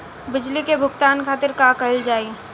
बिजली के भुगतान खातिर का कइल जाइ?